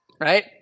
right